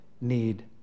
need